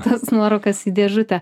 tas nuorūkas į dėžutę